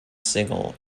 single